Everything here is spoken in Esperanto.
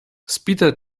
spite